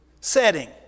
setting